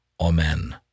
Amen